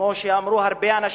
כמו שאמרו הרבה אנשים,